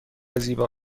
زیبا